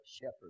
shepherd